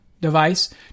device